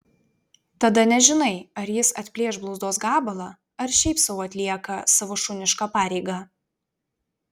tada nežinai ar jis atplėš blauzdos gabalą ar šiaip sau atlieka savo šunišką pareigą